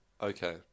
Okay